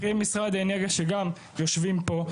פקידי משרד האנרגיה שיושבים פה,